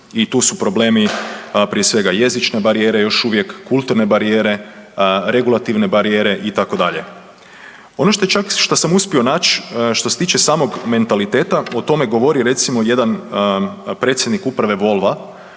i tu su problemi prije svega jezične barijere još uvije, kulturne barijere, regulativne barijere itd. Ono što čak što sam uspio naći što se tiče samog mentaliteta o tome je govorio jedan predsjednik uprave Volva